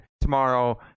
tomorrow